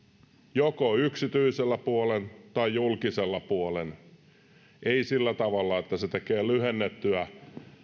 joko yksityisellä puolella tai julkisella puolella ei sillä tavalla että hän tekee lyhennettyä